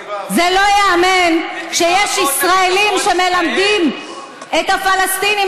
זה לא ייאמן שיש ישראלים שמלמדים את הפלסטינים